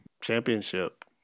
championship